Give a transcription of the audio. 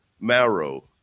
marrow